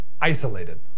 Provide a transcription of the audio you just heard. isolated